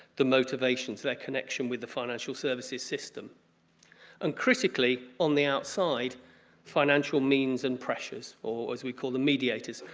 the motivations their connection with the financial services system and critically on the outside financial means and pressures or as we call the mediators.